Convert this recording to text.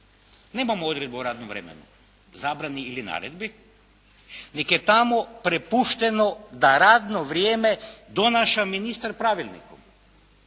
nemamo odredbu o radnom vremenu, zabrani ili naredbi, nego je tamo prepušteno da radno vrijeme donaša ministar pravilnikom,